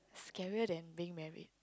scarier than being married